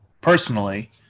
personally